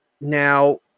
now